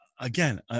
Again